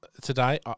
today